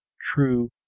true